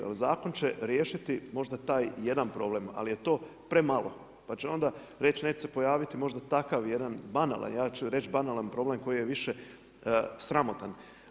Jer zakon će riješiti možda taj jedan problem, ali je to premalo pa će onda reći, neće se pojaviti možda takav jedan banalan, ja ću reći banalan problem koji je više sramotan.